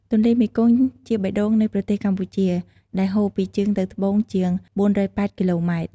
ទន្លេមេគង្គជាបេះដូងនៃប្រទេសកម្ពុជា ដែលហូរពីជើងទៅត្បូងជាង ៤៨០ គីឡូម៉ែត្រ។